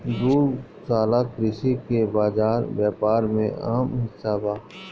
दुग्धशाला कृषि के बाजार व्यापार में अहम हिस्सा बा